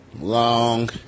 long